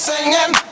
singing